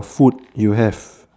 food you have